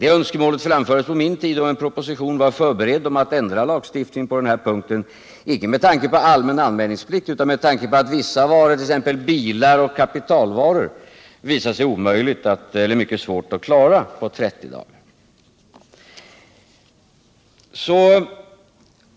Ett sådant önskemål framfördes på min tid, då en proposition var förberedd om att ändra lagstiftningen på den här punkten, icke med tanke på en allmän anmälningsplikt utan med tanke på att det beträffande exempelvis bilar och andra kapitalvaror hade visat sig mycket svårt att klara ärendena på 30 dagar.